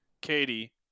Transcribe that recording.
katie